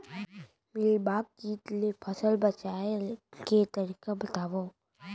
Mealybug किट ले फसल बचाए के तरीका बतावव?